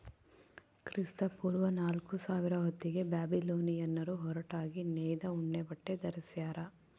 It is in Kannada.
ಕ್ರಿಸ್ತಪೂರ್ವ ನಾಲ್ಕುಸಾವಿರ ಹೊತ್ತಿಗೆ ಬ್ಯಾಬಿಲೋನಿಯನ್ನರು ಹೊರಟಾಗಿ ನೇಯ್ದ ಉಣ್ಣೆಬಟ್ಟೆ ಧರಿಸ್ಯಾರ